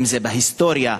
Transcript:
אם בהיסטוריה,